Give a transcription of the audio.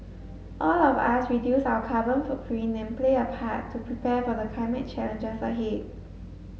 all of us reduce our carbon footprint and play a part to prepare for the climate challenges ahead